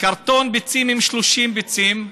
קרטון ביצים עם 30 ביצים,